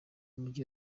mujyi